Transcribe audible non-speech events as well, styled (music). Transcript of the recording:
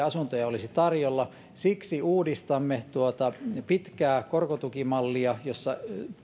(unintelligible) asuntoja olisi tarjolla siksi uudistamme tuota pitkää korkotukimallia jossa